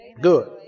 Good